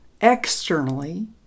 externally